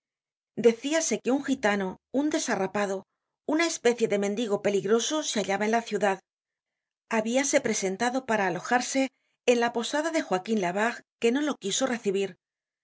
advertirlo decíase que un gitano un desarrapado una especie de mendigo peligroso se hallaba en la ciudad habiase presentado para alojarse en la posada de joaquin labarre que no lo quiso recibir